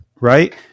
right